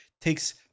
takes